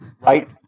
Right